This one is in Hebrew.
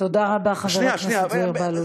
תודה רבה, חבר הכנסת זוהיר בהלול.